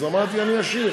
אז אמרתי: אני אשיב.